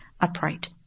upright